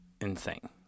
insane